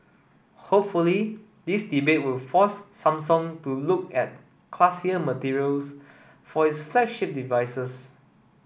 hopefully this debate will force Samsung to look at classier materials for its flagship devices